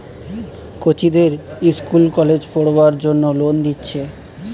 কচিদের ইস্কুল কলেজে পোড়বার জন্যে লোন দিচ্ছে